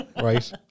right